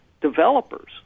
developers